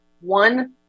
One